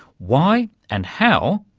why and how?